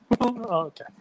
Okay